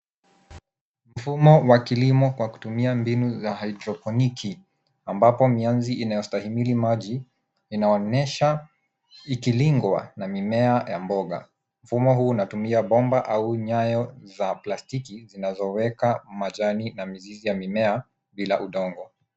Mfumo wa kilimo kwa kutumia mbinu za hidroponiki ambapo mianzi inayostahimili maji inaonyesha ikilindwa na mmea wa mboga. Mfumo huu unatumia bomba au nyayo za plastiki zinazoweka majani na mizizi ya mimea bila udongo.